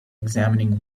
examining